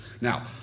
Now